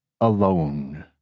alone